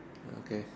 okay